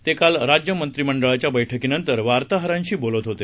ते काल राज्य मंत्रिमंडळाच्या बस्कीनंतर वार्ताहरांशी बोलत होते